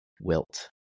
wilt